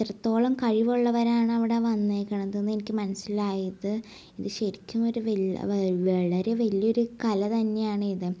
എത്രത്തോളം കഴിവുള്ളവരാണ് അവിടെ വന്നേക്കണതെന്ന് എനിക്ക് മനസ്സിലായത് ഇത് ശരിക്കുമൊരു വൽ വളരെ വലിയൊരു കല തന്നെയാണ് ഇത്